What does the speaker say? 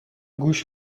گوش